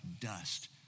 dust